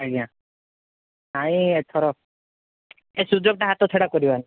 ଆଜ୍ଞା ନାହିଁ ଏଥର ଏ ସୁଯୋଗଟା ହାତ ଛଡ଼ା କରିବାନି